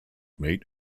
meet